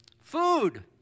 Food